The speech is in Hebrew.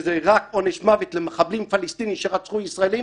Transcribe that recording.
שזה רק עונש מוות למחבלים פלסטינים שרצחו ישראלי,